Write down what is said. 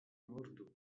mordu